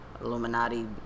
Illuminati